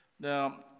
Now